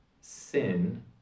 sin